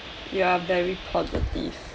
you are very positive